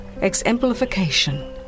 exemplification